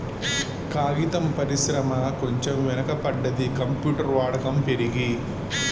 కాగితం పరిశ్రమ కొంచెం వెనక పడ్డది, కంప్యూటర్ వాడకం పెరిగి